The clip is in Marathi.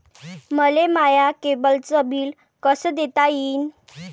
मले माया केबलचं बिल कस देता येईन?